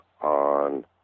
on